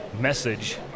message